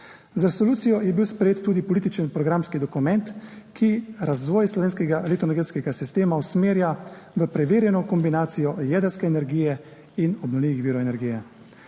Z resolucijo je bil sprejet tudi političen programski dokument, ki razvoj slovenskega elektroenergetskega sistema usmerja v preverjeno kombinacijo jedrske energije in obnovljivih virov energije.